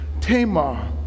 Tamar